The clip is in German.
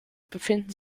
befinden